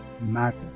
matter